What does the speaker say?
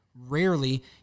rarely